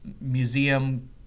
Museum